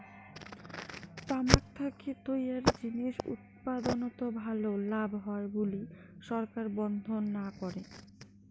তামাক থাকি তৈয়ার জিনিস উৎপাদনত ভালে লাভ হয় বুলি সরকার বন্ধ না করে